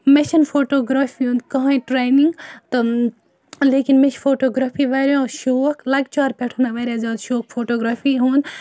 مےٚ چھَنہٕ photography ہُنٛد کٕہیٖنٛۍ ٹرٛینِنٛگ تہٕ لیکِن مےٚ چھِ فوٹوٗ گرٛافی واریاہ شوق لۅکچارٕ پیٚٹھٕ مےٚ واریاہ زیادٕ شوق فوٹوٗ گرٛافی ہُنٛد